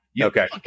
Okay